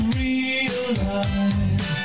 realize